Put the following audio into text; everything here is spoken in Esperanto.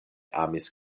amis